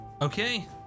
Okay